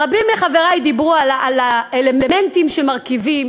רבים מחברי דיברו על האלמנטים שמרכיבים